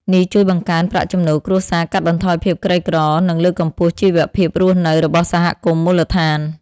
នេះជួយបង្កើនប្រាក់ចំណូលគ្រួសារ កាត់បន្ថយភាពក្រីក្រ និងលើកកម្ពស់ជីវភាពរស់នៅរបស់សហគមន៍មូលដ្ឋាន។